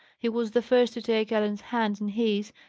he was the first to take ellen's hand in his,